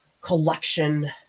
collection